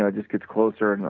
yeah just gets closer, and